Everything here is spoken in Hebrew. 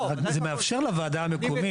רק זה מאפשר לוועדה המקומית.